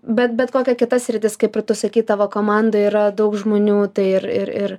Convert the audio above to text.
bet bet kokia kita sritis kaip ir tu sakei tavo komanda yra daug žmonių tai ir ir ir